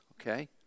okay